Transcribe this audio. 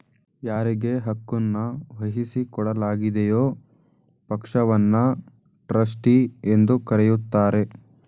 ಯಾರಿಗೆ ಹಕ್ಕುನ್ನ ವಹಿಸಿಕೊಡಲಾಗಿದೆಯೋ ಪಕ್ಷವನ್ನ ಟ್ರಸ್ಟಿ ಎಂದು ಕರೆಯುತ್ತಾರೆ